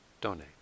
donate